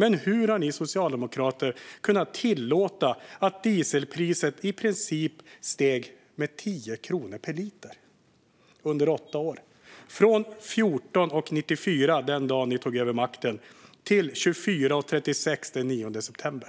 Hur har ni socialdemokrater kunnat tillåta att dieselpriset steg med i princip 10 kronor per liter under åtta år? Det steg från 14,94 den dag ni tog över makten till 24,36 den 9 september